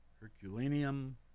Herculaneum